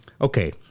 Okay